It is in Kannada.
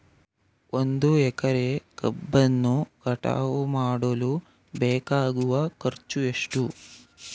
ಒಂದು ಎಕರೆ ಕಬ್ಬನ್ನು ಕಟಾವು ಮಾಡಲು ಬೇಕಾಗುವ ಖರ್ಚು ಎಷ್ಟು?